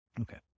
Okay